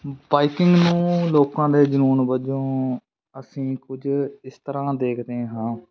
biking ਨੂੰ ਲੋਕਾਂ ਦੇ ਜਨੂੰਨ ਵਜੋਂ ਅਸੀਂ ਕੁਝ ਇਸ ਤਰ੍ਹਾਂ ਦੇਖਦੇ ਹਾਂ